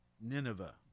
Nineveh